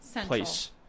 place